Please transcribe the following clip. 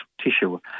tissue